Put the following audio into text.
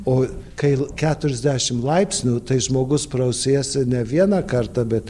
o kail keturiasdešim laipsnių tai žmogus prausiesi ne vieną kartą bet